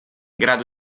grado